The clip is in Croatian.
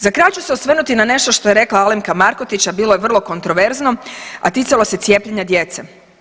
Za kraj ću se osvrnuti na nešto što je rekla Alemka Markotić a bilo je vrlo kontraverzno a ticalo se cijepljenja djece.